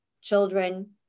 children